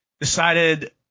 decided